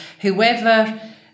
whoever